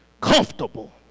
comfortable